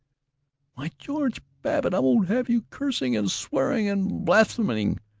why, george babbitt, i won't have you cursing and swearing and blaspheming!